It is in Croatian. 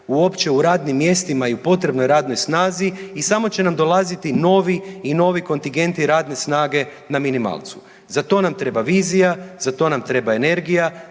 uopće u radnim mjestima i u potrebnoj radnoj snazi i samo će nam dolaziti novi i novi kontingenti i radne snage na minimalcu. Za to nam treba vizija, za to nam treba energija,